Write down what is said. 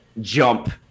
jump